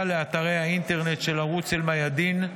לאתרי האינטרנט של ערוץ אל-מיאדין,